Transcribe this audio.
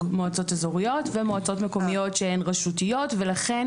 מועצות אזוריות ומועצות מקומיות שהן רשותיות ולכן